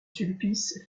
sulpice